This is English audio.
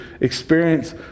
experience